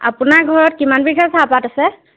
আপোনাৰ ঘৰত কিমান বিঘা চাহপাত আছে